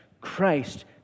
Christ